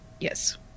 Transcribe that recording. yes